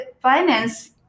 finance